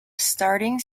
starting